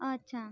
अच्छा